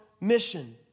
mission